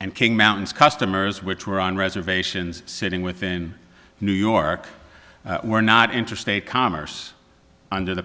and king mountains customers which were on reservations sitting within new york were not interstate commerce under the